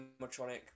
animatronic